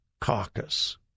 Caucus